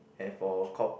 and for cof~